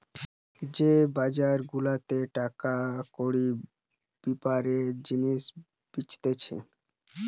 যে বাজার গুলাতে টাকা কড়ির বেপারে জিনিস বেচতিছে